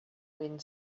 wind